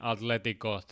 Atletico